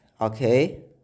Okay